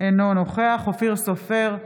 אינו נוכח אופיר סופר,